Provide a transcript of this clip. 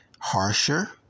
harsher